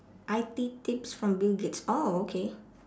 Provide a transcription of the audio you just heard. I_T tips from bill-gates oh okay